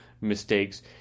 mistakes